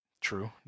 True